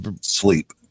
Sleep